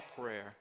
prayer